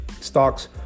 stocks